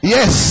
Yes